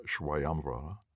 Shwayamvara